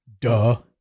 duh